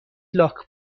لاک